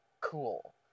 cool